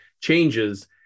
changes